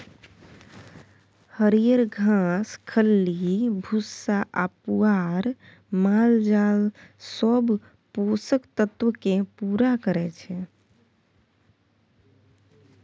हरियर घास, खल्ली भुस्सा आ पुआर मालजालक सब पोषक तत्व केँ पुरा करय छै